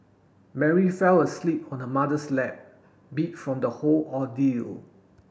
Mary fell asleep on her mother's lap beat from the whole ordeal